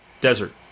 desert